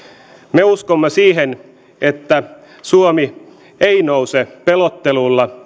me uskomme siihen että suomi ei nouse pelottelulla